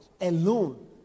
alone